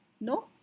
no